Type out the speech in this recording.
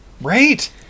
Right